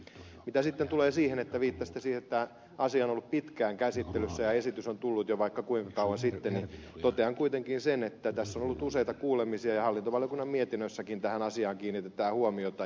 mitä sitten tulee siihen että viittasitte siihen että asia on ollut pitkään käsittelyssä ja esitys on tullut jo vaikka kuinka kauan sitten totean kuitenkin sen että tässä on ollut useita kuulemisia ja hallintovaliokunnan mietinnössäkin tähän asiaan kiinnitetään huomiota